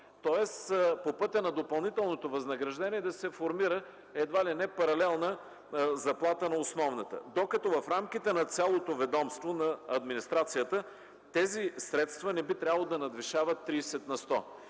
тоест по пътя на допълнителното възнаграждение да се формира едва ли не паралелна заплата на основната, докато в рамките на цялото ведомство на администрацията тези средства не би трябвало да надвишават 30 на сто.